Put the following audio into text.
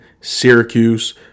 Syracuse